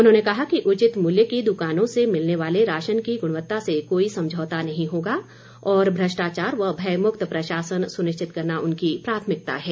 उन्होंने कहा कि उचित मूल्य की दुकानों से मिलने वाले राशन की गुणवत्ता से कोई समझौता नहीं होगा और भ्रष्टाचार व भयमुक्त प्रशासन सुनिश्चित करना उनकी प्राथमिकता है